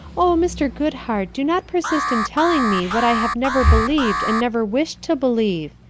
oh, mr. goodhartj'do not persist in telling me what i have never believed and never wished to believe.